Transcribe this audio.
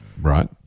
Right